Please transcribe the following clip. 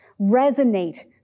resonate